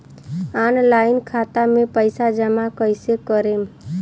Online खाता मे पईसा जमा कइसे करेम?